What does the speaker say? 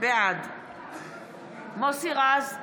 בעד מוסי רז,